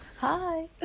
hi